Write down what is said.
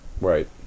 Right